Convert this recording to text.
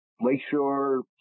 lakeshore